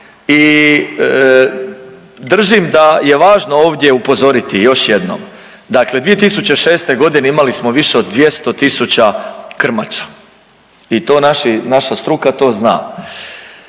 I držim da je važno ovdje upozoriti još jednom, dakle 2006. godine imali smo više od 200000 krmača i to naša struka to zna.